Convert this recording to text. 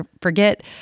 forget